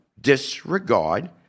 disregard